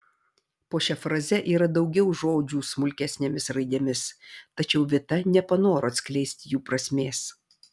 po šia fraze yra daugiau žodžių smulkesnėmis raidėmis tačiau vita nepanoro atskleisti jų prasmės